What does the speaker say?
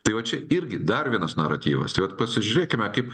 tai vat čia irgi dar vienas naratyvas tai vat pasižiūrėkime kaip